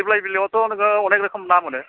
दिब्लाइ बिलोआवथ' नोङो अनेख रोखोम ना मोनो